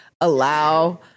allow